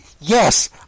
Yes